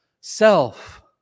self